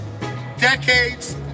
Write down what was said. decades